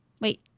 Wait